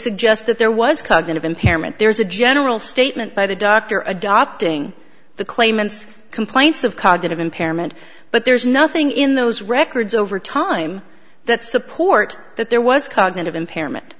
suggest that there was cognitive impairment there is a general statement by the doctor adopting the claimants complaints of cognitive impairment but there's nothing in those records over time that support that there was cognitive impairment